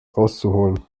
rauszuholen